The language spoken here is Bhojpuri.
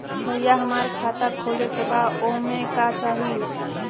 भईया हमार खाता खोले के बा ओमे का चाही?